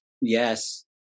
Yes